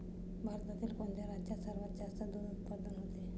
भारतातील कोणत्या राज्यात सर्वात जास्त दूध उत्पादन होते?